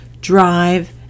drive